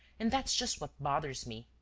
and that's just what bothers me.